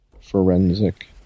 Forensic